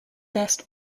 best